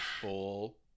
full